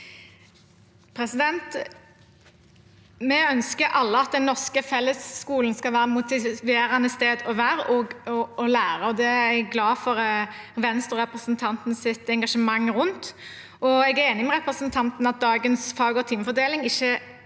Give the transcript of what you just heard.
Vi ønsker alle at den norske fellesskolen skal være et motiverende sted å være og lære, og det er jeg glad for Venstre-representantens engasjement rundt. Jeg er enig med representanten i at dagens fag- og timefordeling ikke